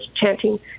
chanting